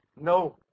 No